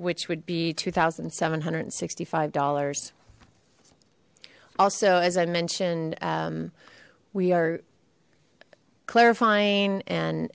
which would be two thousand seven hundred and sixty five dollars also as i mentioned we are clarifying and